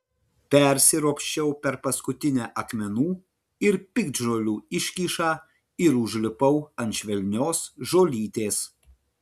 persiropščiau per paskutinę akmenų ir piktžolių iškyšą ir užlipau ant švelnios žolytės